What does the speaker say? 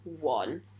one